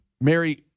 Mary